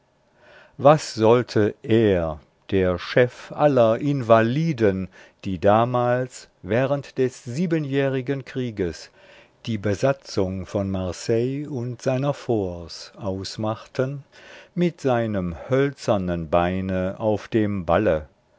was sollte er der chef aller invaliden die damals während des siebenjährigen krieges die besatzung von marseille und seiner forts ausmachten mit seinem hölzernen beine auf dem balle